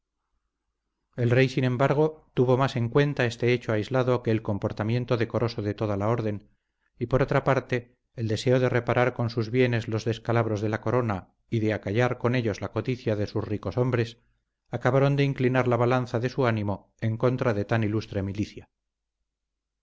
el rey sin embargo tuvo más en cuenta este hecho aislado que el comportamiento decoroso de toda la orden y por otra parte el deseo de reparar con sus bienes los descalabros de la corona y de acallar con ellos la codicia de sus ricos hombres acabaron de inclinar la balanza de su ánimo en contra de tan ilustre milicia